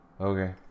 Okay